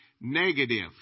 negative